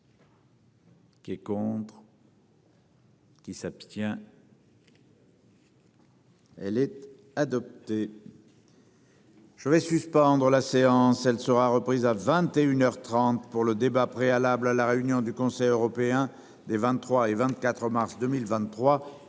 Qui est contre. Qui s'abstient. Elle est adoptée. Je vais suspendre la séance elle sera reprise à 21h 30 pour le débat préalable à la réunion du Conseil européen des 23 et 24 mars 2023.